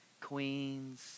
queens